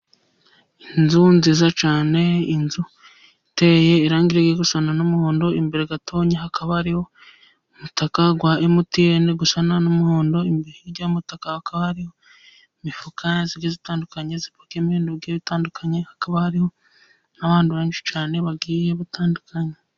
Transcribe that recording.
Inzu nziza cyane, inzu iteye irangi risa n'umuhondo, imbere gatoya hakaba ari umutaka wa MTN usa n'umuhondo, hirya y'umutaka hakaba hari imifuka igiye itandukanye, ipakiyemo ibintu bigiye itandukanye, hakaba hari n'abantu benshi cyane bagiye gutandukanya.